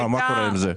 מה קורה עם זה?